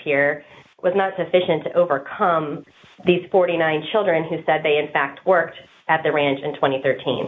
here was not sufficient to overcome these forty nine children who said they in fact worked at the ranch in twenty thirteen